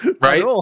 Right